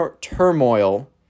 turmoil